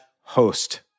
host